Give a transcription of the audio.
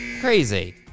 Crazy